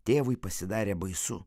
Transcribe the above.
tėvui pasidarė baisu